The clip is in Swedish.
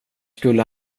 skulle